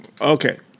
Okay